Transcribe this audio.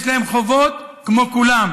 יש להם חובות כמו כולם,